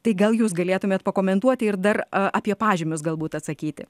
tai gal jūs galėtumėt pakomentuoti ir dar apie pažymius galbūt atsakyti